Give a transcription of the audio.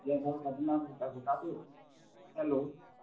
যেনে ধৰক আপোনাৰ সূতা সূতটো হেল্ল'